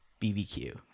BBQ